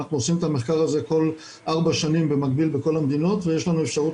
אנחנו עושים את המחקר הזה כל ארבע שנים במקביל בכל המדינות ויש לנו אפשרות